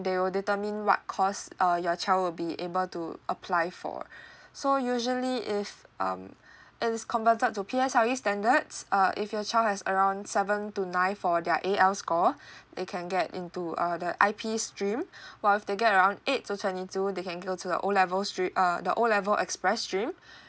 they will determine what course uh your child will be able to apply for so usually if um it's converted to P_L_S_E standards uh if your child has around seven to nine for their A_L score they can get into uh the I_P's stream while if they get around eight to twenty two they can go to the O level strea~ uh the O level express stream